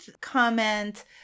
comment